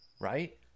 right